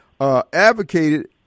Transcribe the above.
advocated